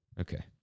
Okay